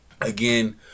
Again